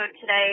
today